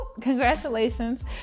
Congratulations